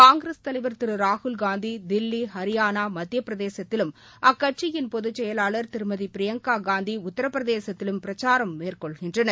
காங்கிரஸ் தலைவர் திரு ராகுல்காந்தி தில்லி ஹரியானா மத்திய பிரதேசத்திலும் அக்கட்சியின் பொதுச் செயலாளர் திருமதி பிரியங்காகாந்தி உத்தரப் பிரதேசத்திலும் பிரச்சாரம் மேற்கொள்கின்றனர்